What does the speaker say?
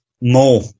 More